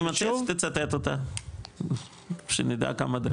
תצטט אותה שנדע כמה דרכים.